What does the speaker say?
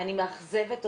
אני מאכזבת אתכם,